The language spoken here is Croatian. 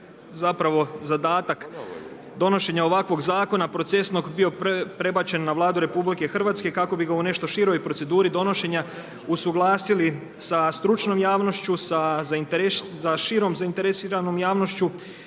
zapravo zadatak donošenja ovakvog zakona procesnog bio prebačen na Vladu RH kako bi ga u nešto široj proceduri donošenja usuglasili sa stručnom javnošću, sa širom zainteresiranom javnošću